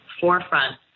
forefront